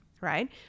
right